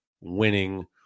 winning